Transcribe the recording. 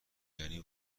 یعنی